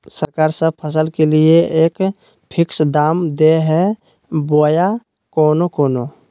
सरकार सब फसल के लिए एक फिक्स दाम दे है बोया कोनो कोनो?